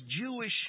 Jewish